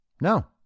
No